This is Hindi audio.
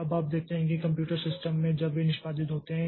अब आप देखते हैं कि कंप्यूटर सिस्टम में जब वे निष्पादित होते हैं